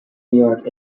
york